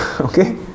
Okay